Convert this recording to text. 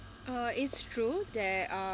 uh it's true that